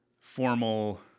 formal